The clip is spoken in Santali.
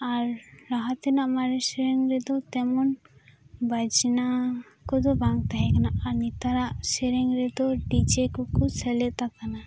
ᱟᱨ ᱞᱟᱦᱟ ᱛᱮᱱᱟᱜ ᱢᱟᱨᱮ ᱥᱮᱨᱮᱧ ᱨᱮᱫᱚ ᱛᱮᱢᱚᱱ ᱵᱟᱡᱽᱱᱟ ᱠᱚᱫᱚ ᱵᱟᱝ ᱛᱟᱦᱮᱸ ᱠᱟᱱᱟ ᱟᱨ ᱱᱮᱛᱟᱨᱟᱜ ᱥᱮᱨᱮᱧ ᱨᱮᱫᱚ ᱰᱤᱡᱮ ᱠᱚᱠᱚ ᱥᱮᱞᱮᱫ ᱟᱠᱟᱱᱟ